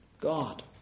God